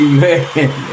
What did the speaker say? Amen